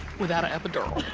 without an epidural.